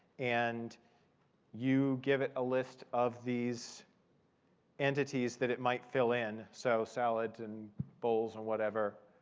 and you give it a list of these entities that it might fill in so salad, and bowls, or whatever